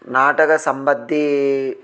नाटकसम्बन्द्धिः